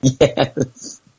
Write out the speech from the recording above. Yes